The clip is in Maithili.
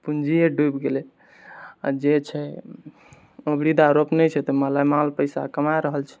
पूँजिये डूबि गेलै आओर जे छै उर्दी दालि रोपने छै तऽ मालामाल पैसा कमा रहल छै